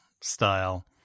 style